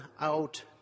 out